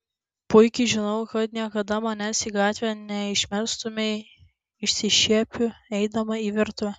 puikiai žinau kad niekada manęs į gatvę neišmestumei išsišiepiu eidama į virtuvę